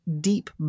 deep